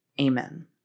amen